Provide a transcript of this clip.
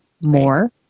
more